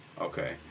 okay